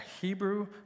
Hebrew